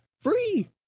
free